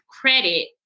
credit